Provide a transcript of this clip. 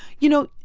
you know,